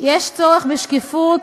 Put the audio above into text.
יש צורך בשקיפות.